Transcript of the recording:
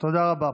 תודה רבה.